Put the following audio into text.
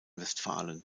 westfalen